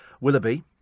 Willoughby